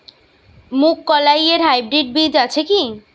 মুগকলাই এর হাইব্রিড বীজ আছে কি?